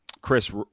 Chris